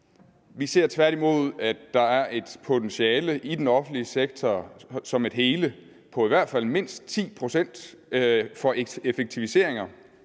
Vi ser tværtimod, at der er et potentiale i den offentlige sektor som et hele på i hvert fald mindst 10 pct. for effektiviseringer.